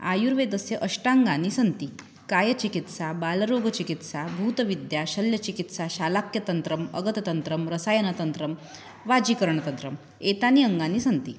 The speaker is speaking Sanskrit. आयुर्वेदस्य अष्टाङ्गानि सन्ति कायचिकित्सा बालरोगचिकित्सा भूतविद्या शल्यचिकित्सा शालाक्यतन्त्रम् अगततन्त्रं रसायनतन्त्रं वाजीकरणतन्त्रम् एतानि अङ्गानि सन्ति